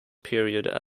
period